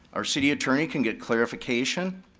our city attorney can get clarification,